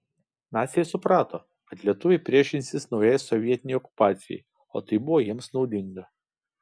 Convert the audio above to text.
naciai suprato kad lietuviai priešinsis naujai sovietinei okupacijai o tai buvo jiems naudinga